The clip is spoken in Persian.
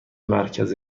مرکز